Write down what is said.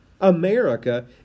America